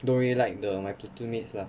don't really like the my platoon mates lah